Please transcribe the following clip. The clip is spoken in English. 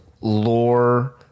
lore